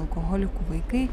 alkoholikų vaikai